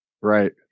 Right